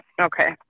Okay